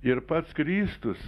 ir pats kristus